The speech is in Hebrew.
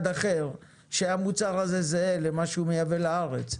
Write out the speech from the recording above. אחר שהמוצר הזה זהה למה שהוא מייבא לארץ.